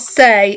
say